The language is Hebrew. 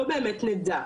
לא באמת נדע,